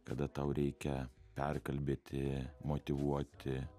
kada tau reikia perkalbėti motyvuoti